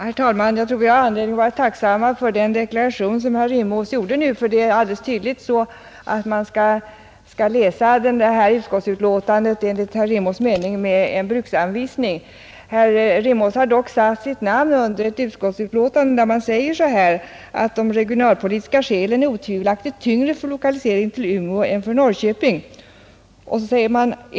Herr talman! Jag tror att vi har anledning att vara tacksamma för den deklaration som herr Rimås gjorde. Enligt hans mening bör man läsa det föreliggande utskottsbetänkandet med hjälp av en bruksanvisning. Herr Rimås har dock satt sitt namn under ett utskottsbetänkande, vari det heter: ”De regionalpolitiska skälen är otvivelaktigt tyngre för lokalisering till Umeå än för Norrköping.